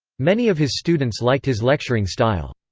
many of his students liked his lecturing style.